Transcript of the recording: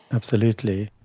absolutely.